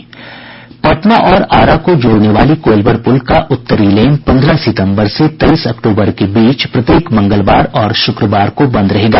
पटना और आरा को जोड़ने वाली कोईलवर पुल का उत्तरी लेन पन्द्रह सितम्बर से तेईस अक्टूबर के बीच प्रत्येक मंगलवार और शुक्रवार को बंद रहेगा